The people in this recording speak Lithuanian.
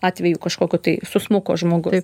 atveju kažkokio tai susmuko žmogus